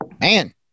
man